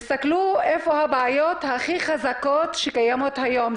תסתכלו איפה הבעיות הכי חזקות שקיימות היום,